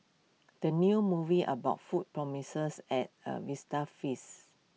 the new movie about food promises A A vista feast